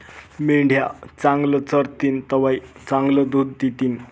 मेंढ्या चांगलं चरतीन तवय चांगलं दूध दितीन